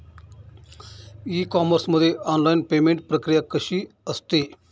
E commerce मध्ये online payment प्रक्रिया कशी असते?